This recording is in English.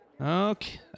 Okay